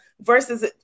versus